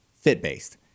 fit-based